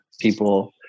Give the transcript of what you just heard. people